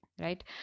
right